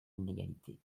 l’inégalité